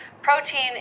Protein